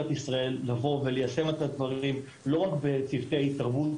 ישראל לבוא וליישם את הדברים לא רק בצוותי התערבות,